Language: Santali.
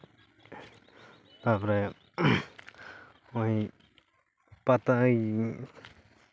ᱛᱟᱯᱚᱨᱮ ᱦᱚᱸᱜᱼᱚᱭ ᱯᱟᱛᱟᱭᱤᱧ